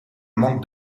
manque